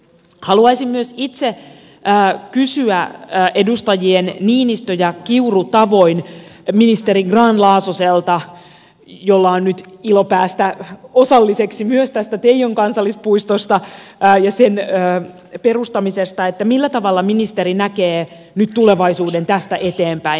haluaisin myös itse kysyä edustajien niinistö ja kiuru tavoin ministeri grahn laasoselta jolla on nyt ilo päästä osalliseksi myös tästä teijon kansallispuistosta ja sen perustamisesta millä tavalla ministeri näkee nyt tulevaisuuden tästä eteenpäin